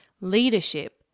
leadership